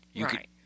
right